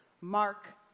Mark